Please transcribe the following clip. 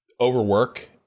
overwork